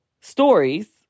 stories